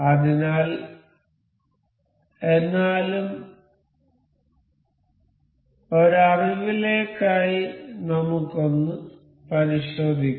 അതിനാൽ എന്നാലും ഒരവിലേക്കായി നമുക്കൊന്ന് പരിശോധിക്കാം